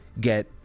get